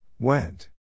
Went